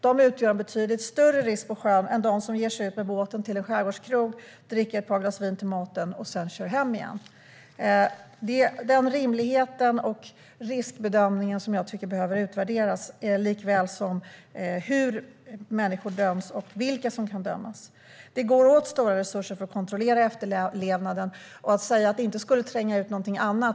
De utgör en betydligt större risk på sjön än de som ger sig ut med båten till en skärgårdskrog, dricker ett par glas vin till maten och sedan kör hem igen. Det är den rimligheten och riskbedömningen som jag tycker behöver utvärderas, likaväl som hur människor döms och vilka som kan dömas. Det går åt stora resurser för att kontrollera efterlevnaden. Skulle detta inte tränga ut någonting annat?